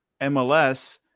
MLS